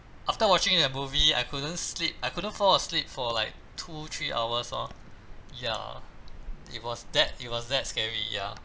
after watching the movie I couldn't sleep I couldn't fall asleep for like two three hours lor ya it was that it was that scary ya